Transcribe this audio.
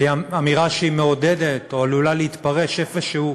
זה אמירה שמעודדת או עלולה להתפרש איפשהו